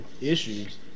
issues